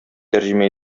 тәрҗемә